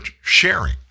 sharing